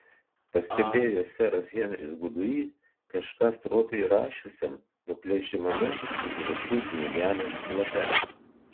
pastebėjo seras henris gudui kažką stropiai rašiusiam nuplėšiamame užrašų knygelės lape